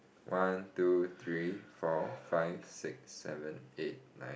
one two three four five six seven eight nine